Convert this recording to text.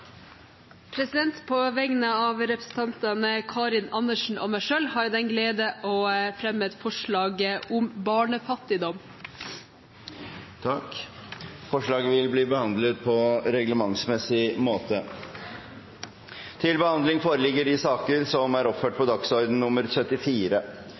representantforslag. På vegne av representanten Karin Andersen og meg selv har jeg den glede å fremme et forslag om barnefattigdom. Forslaget vil bli behandlet på reglementsmessig måte. Stortinget mottok mandag meddelelse fra Statsministerens kontor om at statsminister Erna Solberg vil møte til muntlig spørretime. Statsministeren er